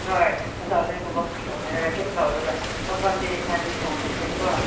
ꯍꯣꯏ ꯋꯥꯟ ꯊꯥꯎꯖꯟꯒꯨꯝꯕ ꯄꯨꯊꯣꯛꯅꯔꯒ ꯑꯗꯨꯝ ꯂꯧꯔꯒ ꯃꯐꯝꯗꯤ ꯑꯦꯟꯁꯥꯡꯗꯤ ꯊꯣꯡꯈ꯭ꯔꯁꯤꯀꯣ